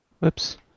Whoops